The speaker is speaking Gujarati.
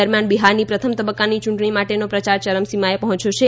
દરમિયાન બિહારની પ્રથમ તબક્કાની યૂંટણી માટેનો પ્રચાર ચરમસીમાએ પહોંચ્યો છે